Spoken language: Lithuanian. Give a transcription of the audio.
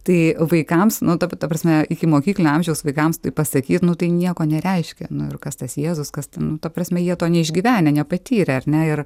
tai vaikams nu ta ta prasme ikimokyklinio amžiaus vaikams tai pasakyt nu tai nieko nereiškia nu ir kas tas jėzus kas ten nu ta prasme jie to neišgyvenę nepatyrę ar ne ir